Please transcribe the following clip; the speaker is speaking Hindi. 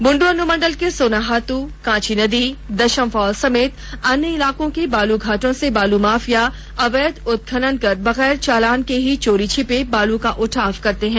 बुंडू अनुमण्डल के सोनाहातू कांची नदी दशम फॉल समेत अन्य इलाकों के बालू घाटों से बालू माफिया अवैध उत्खनन कर बगैर चालान के ही चोरी छपे बालू का उठाव करते हैं